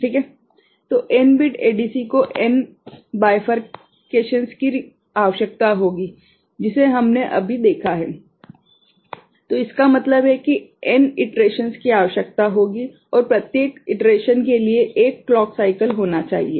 तो n bit ADC को n द्विभाजन की आवश्यकता होगी जिसे हमने अभी देखा है तो इसका मतलब है कि n पुनरावृत्ति की आवश्यकता होगी और प्रत्येक पुनरावृत्ति के लिए 1 क्लॉक साइकल होना चाहिए